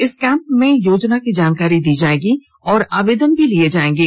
इस कैंप में योजना की जानकारी दी जायेगी और आवेदन भी लिये जायेंगे